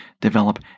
develop